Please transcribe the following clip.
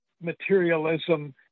materialism